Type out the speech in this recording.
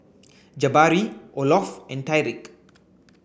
Jabari Olof and Tyrik